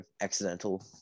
accidental